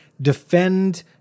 defend